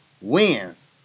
wins